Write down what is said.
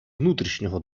внутрішнього